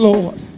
Lord